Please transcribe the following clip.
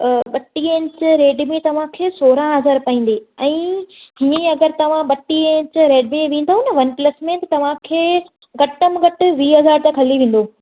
अ ॿटींह inch Redmi तव्हांखे सोरहं हज़ार पवंदी ऐं इएं अगरि तव्हां ॿटींह इंच रेडमी ॾींदो ना वन प्लस में तव्हांखे घटि में घटि वींह हज़ार तक हली वेंदो